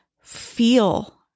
feel